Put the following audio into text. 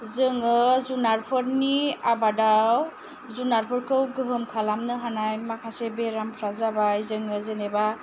जोङो जुनारफोरनि आबादाव जुनारफोरखौ गोहोम खालामनो हानाय माखासे बेरामफ्रा जाबाय जोङो जेनेबा